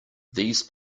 these